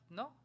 no